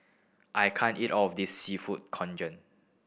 I can't eat all of this Seafood Congee